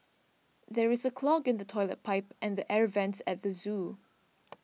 there is a clog in the Toilet Pipe and the Air Vents at the zoo